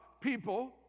people